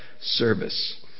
service